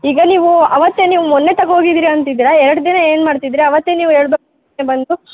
ಈಗ ನೀವು ಅವತ್ತೇ ನೀವು ಮೊನ್ನೆ ತಗೋಗಿದ್ದೀರಿ ಅಂತಿದೀರಾ ಎರಡು ದಿನ ಏನು ಮಾಡ್ತಿದ್ರಿ ಅವತ್ತೇ ನೀವು ಹೇಳ್ಬೋದು ಬಂದು